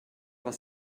was